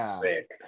sick